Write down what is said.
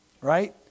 right